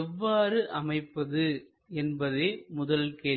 எவ்வாறு அமைப்பது என்பதே முதல் கேள்வி